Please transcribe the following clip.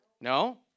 No